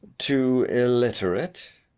too illiterate?